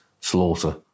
slaughter